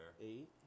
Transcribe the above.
Eight